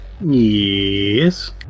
Yes